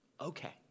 okay